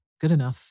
Goodenough